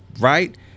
Right